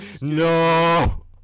No